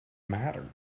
matter